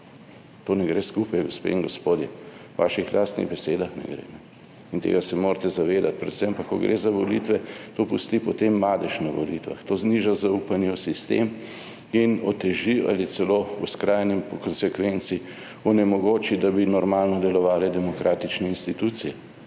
To ne gre skupaj, gospe in gospodje, po vaših lastnih besedah ne gre in tega se morate zavedati. Predvsem pa, ko gre za volitve, to pusti potem madež na volitvah, to zniža zaupanje v sistem in oteži ali celo v skrajni konsekvenci onemogoči, da bi normalno delovale demokratične institucije,